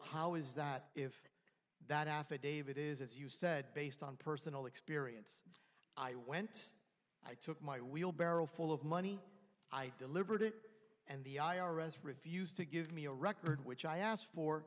how is that if that affidavit is as you said based on personal experience i went i took my wheelbarrow full of money i delivered it and the i r s refused to give me a record which i asked for